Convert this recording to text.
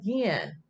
again